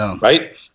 right